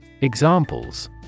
Examples